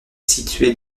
située